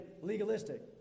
legalistic